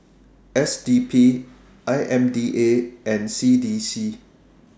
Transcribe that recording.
S D P I M D A and C D C